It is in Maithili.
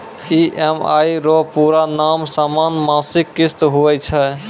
ई.एम.आई रो पूरा नाम समान मासिक किस्त हुवै छै